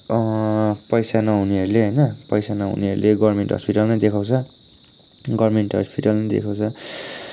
पैसा नहुनेहरूले होइन पैसा नहुनेहरूले गभर्मेन्ट हस्पिटल नै देखाउँछ गभर्मेन्ट हस्पिटल नै देखाउँछ